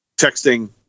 texting